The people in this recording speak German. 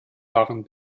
waren